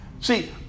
See